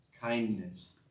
kindness